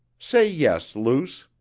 say yes. luce.